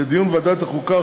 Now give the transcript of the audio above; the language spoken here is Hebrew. לדיון בוועדת החוקה,